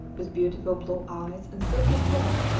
with beautiful blue eyes, and silky fur.